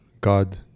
God